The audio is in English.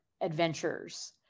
adventures